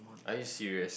are you serious